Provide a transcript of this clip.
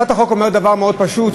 הצעת החוק אומרת דבר מאוד פשוט,